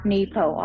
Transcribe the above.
Nepo